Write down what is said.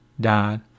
died